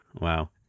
Wow